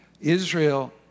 Israel